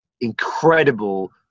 incredible